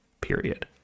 period